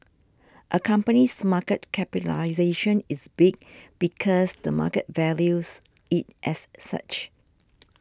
a company's market capitalisation is big because the market values it as such